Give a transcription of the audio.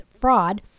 fraud